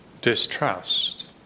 distrust